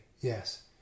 yes